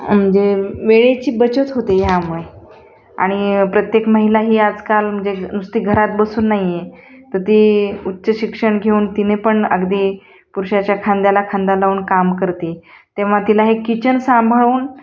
म्हणजे वेळेची बचत होते ह्यामुळे आणि प्रत्येक महिला ही आजकाल म्हणजे नुसती घरात बसून नाही आहे तर ती उच्च शिक्षण घेऊन तिने पण अगदी पुरुषाच्या खांद्याला खांदा लावून काम करते तेव्हा तिला हे किचन सांभाळून